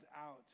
out